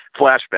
flashback